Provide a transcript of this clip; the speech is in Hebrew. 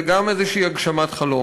וגם איזו הגשמת חלום.